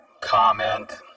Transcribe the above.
Comment